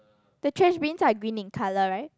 the trash bins are green in colour right